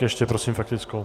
Ještě prosím faktickou.